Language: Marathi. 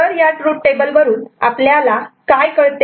तर या ट्रूथ टेबल वरून आपल्याला काय कळते